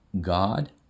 God